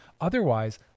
Otherwise